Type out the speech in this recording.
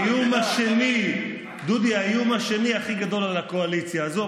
האיום השני הכי גדול על הקואליציה הזאת,